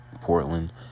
Portland